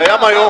זה קיים היום.